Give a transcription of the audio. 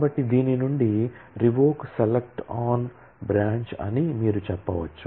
కాబట్టి దీని నుండి REVOKE SELECT ON branch అని మీరు చెప్పవచ్చు